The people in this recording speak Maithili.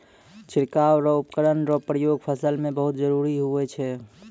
छिड़काव रो उपकरण रो प्रयोग फसल मे बहुत जरुरी हुवै छै